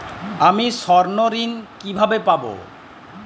আমি স্বর্ণঋণ কিভাবে পাবো?